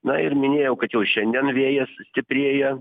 na ir minėjau kad jau šiandien vėjas stiprėja